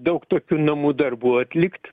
daug tokių namų darbų atlikt